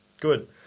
Good